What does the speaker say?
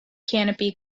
canopy